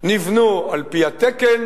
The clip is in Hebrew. נבנו על-פי התקן,